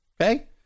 Okay